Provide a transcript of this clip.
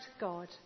God